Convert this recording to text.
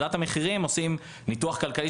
בוועדת המחירים עושים ניתוח כלכלי,